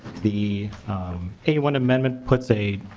the a one amendment puts a